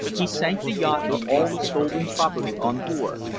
he sank the yacht with all the stolen property on board,